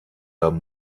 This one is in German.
haben